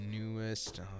newest